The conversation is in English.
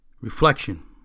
Reflection